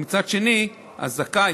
ומצד שני הזכאי,